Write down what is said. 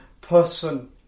person